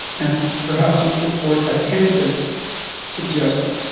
and perhaps you put forward a tentative suggestion